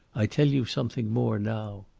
i tell you something more now.